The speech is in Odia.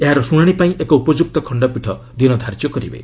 ଏହାର ଶ୍ରଣାଶିପାଇଁ ଏକ ଉପଯ୍ୟକ୍ତ ଖଣ୍ଡପୀଠ ଦିନ ଧାର୍ଯ୍ୟ କରିବେ